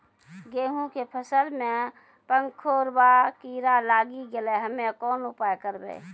गेहूँ के फसल मे पंखोरवा कीड़ा लागी गैलै हम्मे कोन उपाय करबै?